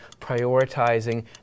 prioritizing